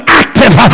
active